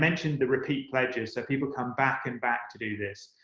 mentioned the repeat pledgers so people come back and back to do this.